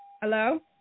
Hello